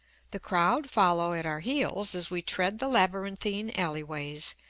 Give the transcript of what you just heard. the crowd follow at our heels as we tread the labyrinthine alleyways,